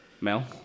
Mel